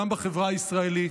גם בחברה הישראלית.